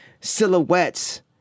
silhouettes